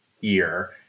year